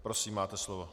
Prosím, máte slovo.